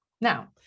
Now